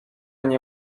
nie